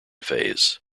phase